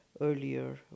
earlier